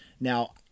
Now